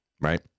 right